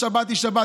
השבת היא שבת.